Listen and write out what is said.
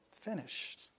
finished